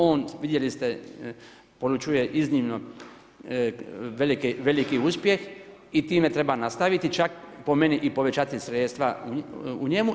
On vidjeli ste polučuje iznimno veliki uspjeh i time treba nastaviti, čak po meni i povećati sredstva u njemu.